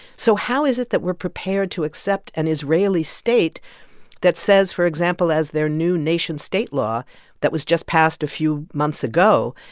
so how is it that we're prepared to accept an israeli state that says, for example, as their new nation-state law that was just passed a few months ago,